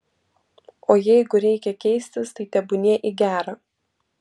o jeigu reikia keistis tai tebūnie į gera